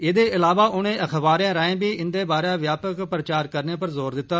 एदे इलावा उनें अखबारें राएं बी इन्दे बारे व्यापक प्रचार करने पर जोर दिता